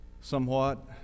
somewhat